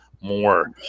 more